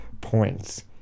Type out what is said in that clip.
points